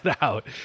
out